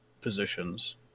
positions